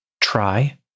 Try